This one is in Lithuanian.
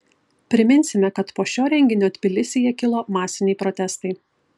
priminsime kad po šio renginio tbilisyje kilo masiniai protestai